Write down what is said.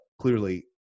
clearly